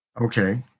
Okay